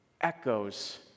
echoes